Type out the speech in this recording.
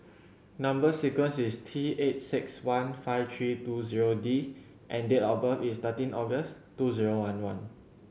number sequence is T eight six one five three two zero D and date of birth is thirteen August two zero one one